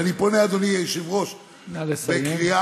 ואני פונה, אדוני היושב-ראש, בקריאה